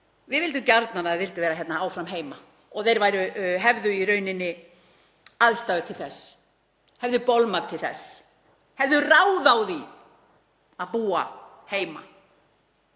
Við vildum gjarnan að þeir vildu vera áfram heima og þeir hefðu aðstæður til þess, hefðu bolmagn til þess, hefðu ráð á því að búa heima